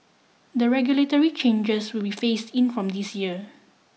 the regulatory changes will be phased in from this year